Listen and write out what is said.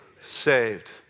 Saved